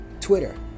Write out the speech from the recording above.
Twitter